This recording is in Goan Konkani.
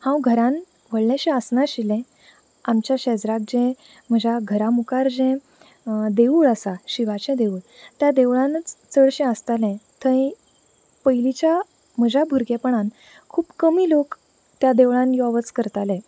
हांव घरांत व्हडलेशें आसना आशिल्ले आमच्या शेजराक जें म्हज्या घरा मुखार जें देवूळ आसा शिवाचे देवूळ त्या देवळानच चडशें आसतालें थंय पयलीच्या म्हज्या भुरगेपणांत खूब कमी लोक त्या देवळांत यो वच करताले